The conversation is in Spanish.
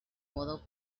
modo